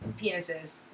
penises